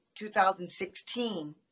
2016